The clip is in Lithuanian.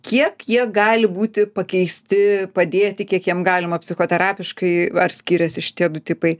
kiek jie gali būti pakeisti padėti kiek jiem galima psichoterapiškai ar skiriasi šitie du tipai